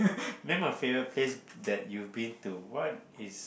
name my favourite place that you've been to what is